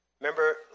Remember